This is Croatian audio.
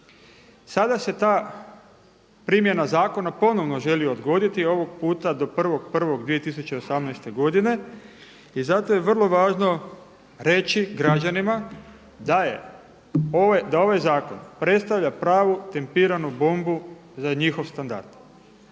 Sada se ta primjena zakona ponovno želi odgoditi, ovog puta do 1.1.2018. godine i zato je vrlo važno reći građanima da ovaj zakon predstavlja pravu tempiranu bombu za njihov standard.